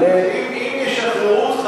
האוצר.